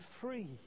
free